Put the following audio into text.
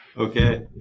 Okay